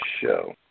show